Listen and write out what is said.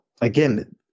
again